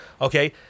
okay